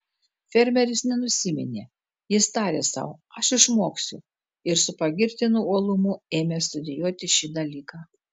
fermeris nenusiminė jis tarė sau aš išmoksiu ir su pagirtinu uolumu ėmė studijuoti šį dalyką